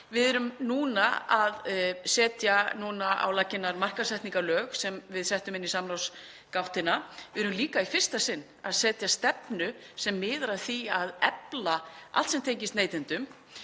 Við erum núna að setja á laggirnar markaðssetningarlög sem við settum inn í samráðsgáttina. Við erum líka í fyrsta sinn að setja stefnu sem miðar að því að efla allt sem tengist neytendum.